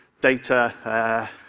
data